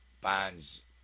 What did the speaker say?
bonds